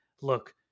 look